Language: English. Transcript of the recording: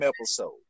episode